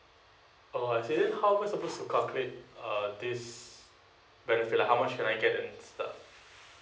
oh I see then how am I supposed to calculate uh this benefit like how much can I get and stuff